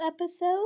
episode